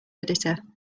editor